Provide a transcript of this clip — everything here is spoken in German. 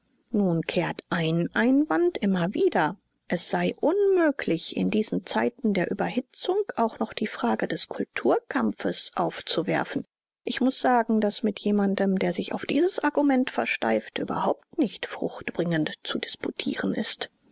nun kehrt ein einwand immer wieder es sei unmöglich in diesen zeiten der überhitzung auch noch die frage des kulturkampfes aufzuwerfen ich muß sagen daß mit jemandem der sich auf dieses argument versteift überhaupt nicht fruchtbringend zu disputieren ist